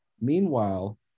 Meanwhile